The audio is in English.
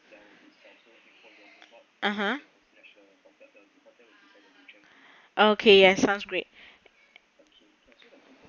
(uh huh) okay yes sounds great